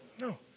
No